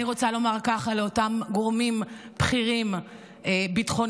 אני רוצה לומר ככה לאותם גורמים בכירים ביטחוניים: